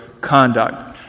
conduct